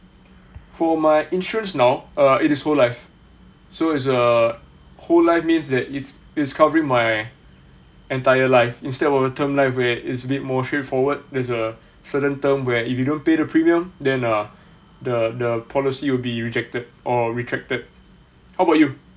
for my insurance now uh it is whole life so as a whole life means that it's it's covering my entire life instead of the term life where it is a bit more straight forward there's a certain term where if you don't pay the premium then uh the the policy will be rejected or retracted how about you